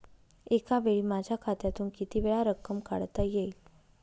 एकावेळी माझ्या खात्यातून कितीवेळा रक्कम काढता येईल?